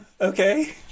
okay